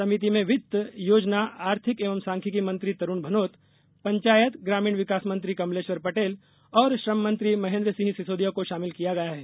समिति में वित्त योजना आर्थिक एवं सांख्यिकी मंत्री तरूण भनोत पंचायत ग्रामीण विकास मंत्री कमलेश्वर पटेल और श्रम मंत्री महेन्द्र सिंह सिसोदिया को शामिल किया गया है